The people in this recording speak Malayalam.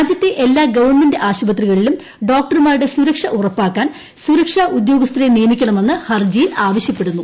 രാജ്യത്തെ എല്ലാ ഗവൺമെന്റ് ആശുപത്രികളിലും ഡോക്ടർമാരുടെ സുരക്ഷ ഉറപ്പാക്കാൻ സു്ത്ക്ഷാ ഉദ്യോഗസ്ഥരെ നിയമിക്കണമെന്ന് ഹർജിയിൽ ആവശ്യപ്പെടുന്നു